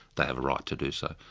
they have a right to do so.